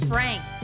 Frank